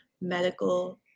medical